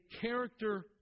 character